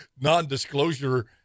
non-disclosure